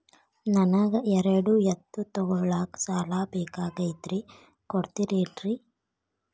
ನನಗ ಎರಡು ಎತ್ತು ತಗೋಳಾಕ್ ಸಾಲಾ ಬೇಕಾಗೈತ್ರಿ ಕೊಡ್ತಿರೇನ್ರಿ?